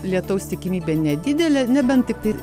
lietaus tikimybė nedidelė nebent tiktai